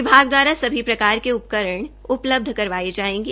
विभाग द्वारा सभी प्रकार के उपकरण उपलब्ध करवाए जाएंगे